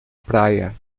praia